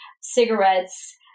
cigarettes